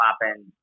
popping